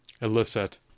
elicit